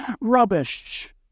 rubbish